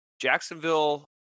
Jacksonville